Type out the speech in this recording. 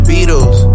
Beatles